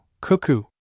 cuckoo